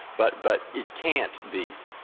but but it can't be